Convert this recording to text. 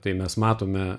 tai mes matome